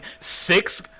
six